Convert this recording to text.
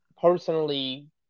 personally